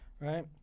right